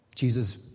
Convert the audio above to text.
Jesus